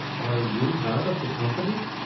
are you not of the company?